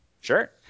Sure